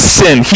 sin